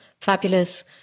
Fabulous